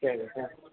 சரி சார்